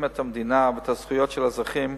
את המדינה ואת הזכויות של האזרחים,